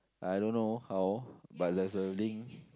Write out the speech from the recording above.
I don't know how but there's a link